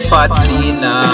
Patina